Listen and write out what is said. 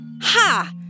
Ha